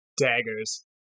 daggers